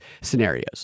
scenarios